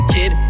Kid